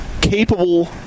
capable